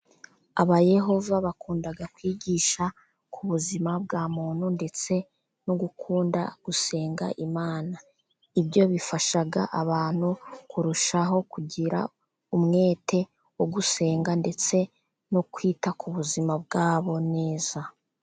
Abayehova bakunda kwigisha ku buzima bwa muntu, ndetse no gukunda gusenga Imana, ibyo bifasha abantu kurushaho kugira umwete wo gusenga, ndetse no kwita ku buzima bwabo neza.